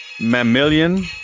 Mammalian